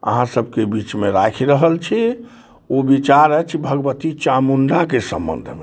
अहाँ सबके बीचमे राखि रहल छी ओ विचार अछि भगवती चामुण्डाके सम्बन्धमे